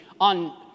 on